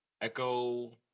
Echo